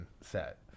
set